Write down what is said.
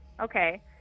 Okay